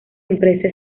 empresa